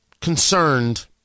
concerned